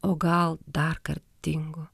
o gal darkart dingo